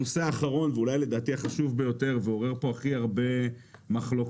הנושא האחרון ואולי לדעתי החשוב ביותר ועורר פה הכי הרבה מחלוקות,